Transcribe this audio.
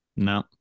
No